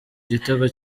igitego